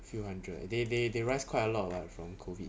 few hundred they they they rise quite a lot [what] from the COVID